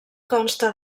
consta